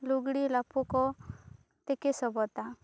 ᱞᱩᱜᱽᱲᱤ ᱞᱟᱯᱩ ᱠᱚ ᱛᱤᱠᱤ ᱥᱚᱵᱚᱫᱟ